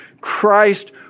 Christ